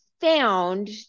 found